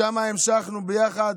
משם המשכנו ביחד,